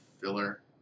filler